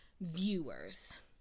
viewers